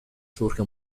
surge